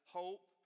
hope